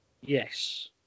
Yes